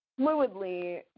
fluidly